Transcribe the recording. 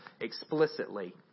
explicitly